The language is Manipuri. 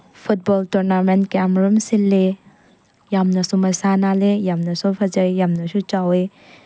ꯐꯨꯠꯕꯣꯜ ꯇꯣꯔꯅꯥꯃꯦꯟꯠ ꯀꯌꯥꯃꯔꯨꯝ ꯁꯤꯜꯂꯦ ꯌꯥꯝꯅꯁꯨ ꯃꯁꯥ ꯅꯥꯜꯂꯦ ꯌꯥꯝꯅꯁꯨ ꯐꯖꯩ ꯌꯥꯝꯅꯁꯨ ꯐꯥꯎꯑꯦ